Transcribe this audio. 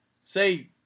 say